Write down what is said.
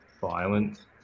violent